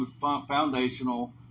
foundational